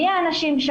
מי האנשים,